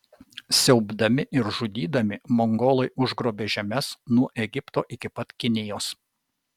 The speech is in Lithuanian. siaubdami ir žudydami mongolai užgrobė žemes nuo egipto iki pat kinijos